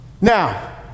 Now